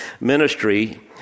ministry